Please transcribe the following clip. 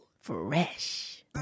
Fresh